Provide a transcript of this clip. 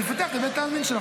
מפתח את בית העלמין שלו,